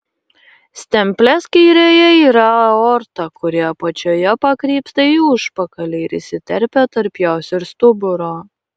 stemplės kairėje yra aorta kuri apačioje pakrypsta į užpakalį ir įsiterpia tarp jos ir stuburo